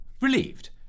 Relieved